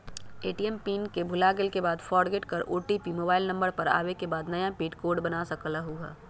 ATM के pin भुलागेल के बाद फोरगेट कर ओ.टी.पी मोबाइल नंबर पर आवे के बाद नया पिन कोड बना सकलहु ह?